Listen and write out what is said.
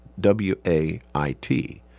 W-A-I-T